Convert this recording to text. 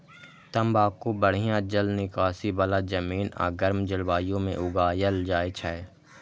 तंबाकू बढ़िया जल निकासी बला जमीन आ गर्म जलवायु मे उगायल जाइ छै